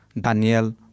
Daniel